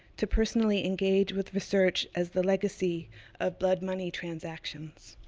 to personally engage with research as the legacy of blood money transactions.